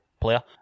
player